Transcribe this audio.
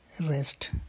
rest